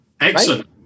excellent